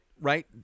right